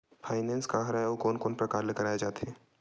Finance का हरय आऊ कोन कोन प्रकार ले कराये जाथे?